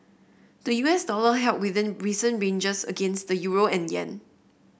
the U S dollar held within recent ranges against the euro and yen